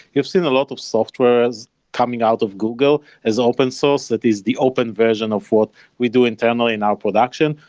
you've seen a lot of software is coming out of google as open source that is the open version of what we do internally in our production.